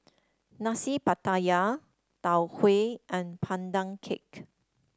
Nasi Pattaya Tau Huay and Pandan Cake